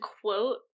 quote